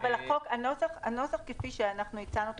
אבל הנוסח כפי שאנחנו הצענו אותו,